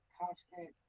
constant